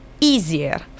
easier